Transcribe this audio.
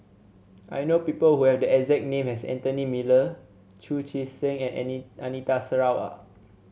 I know people who have the exact name as Anthony Miller Chu Chee Seng and Anita Sarawak